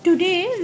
Today